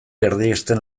erdiesten